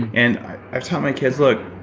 and i've taught my kids, look,